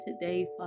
today